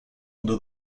under